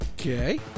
Okay